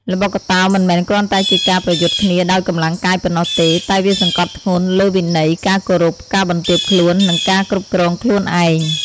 ល្បុក្កតោមិនមែនគ្រាន់តែជាការប្រយុទ្ធគ្នាដោយកម្លាំងកាយប៉ុណ្ណោះទេ តែវាសង្កត់ធ្ងន់លើវិន័យ ការគោរព ការបន្ទាបខ្លួន និងការគ្រប់គ្រងខ្លួនឯង។